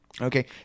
okay